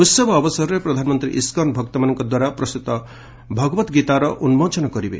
ଉତ୍ସବ ଅବସରରେ ପ୍ରଧାନମନ୍ତ୍ରୀ ଇସ୍କନ ଭକ୍ତମାନଙ୍କ ଦ୍ୱାରା ପ୍ରସ୍ତୁତ ଭଗବତ ଗୀତାର ଉନ୍ଜୋଚନ କରିବେ